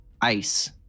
ice